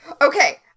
Okay